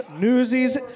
Newsies